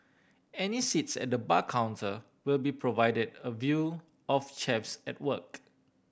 any seats at the bar counter will be provided a view of chefs at work